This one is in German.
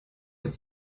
hat